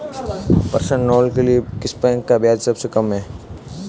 Personal loan के लिए किस बैंक का ब्याज सबसे कम है?